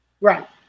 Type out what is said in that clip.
right